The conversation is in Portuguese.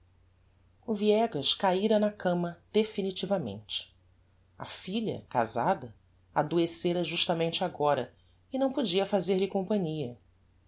o viegas caíra na cama definitivamente a filha casada adoecera justamente agora e não podia fazer-lhe companhia